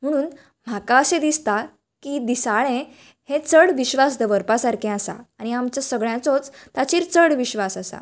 म्हणून म्हाका अशें दिसता की दिसाळे हे चड विश्वास दवरपा सारकें आसा आनी आमचो सगळ्यांचोच ताचेर चड विश्वास आसा